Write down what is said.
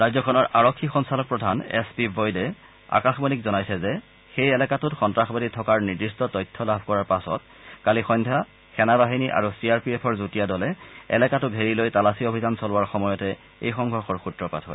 ৰাজ্যখনৰ আৰক্ষী সঞ্চালক প্ৰধান এছ পি বৈদে আকাশবাণীক জনাইছে যে সেই এলেকাটোত সন্ত্ৰাসবাদী থকাৰ নিৰ্দিষ্ট তথ্য লাভ কৰাৰ পাছত কালি সদ্ধিয়া সেনা বাহিনী আৰু চি আৰ পি এফৰ যুটীয়া দলে এলেকাটো ঘেৰি লৈ তালাচী অভিযান চলোৱাৰ সময়তে এই সংঘৰ্ষৰ সূত্ৰপাত হয়